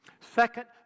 Second